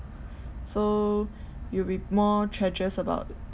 so you'd be more treasures about